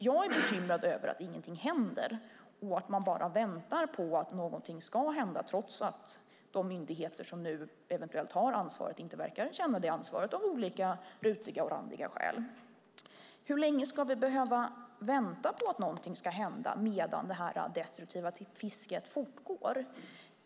Jag är bekymrad över att ingenting händer och att man bara väntar på att någonting ska hända, trots att de myndigheter som nu eventuellt har ansvaret inte verkar känna ansvaret av rutiga och randiga skäl. Hur länge ska vi behöva vänta på att någonting ska hända medan detta destruktiva fiske fortgår?